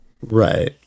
Right